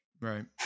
Right